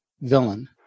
villain